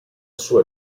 sua